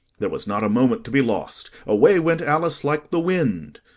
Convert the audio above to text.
there was not a moment to be lost away went alice like the wind,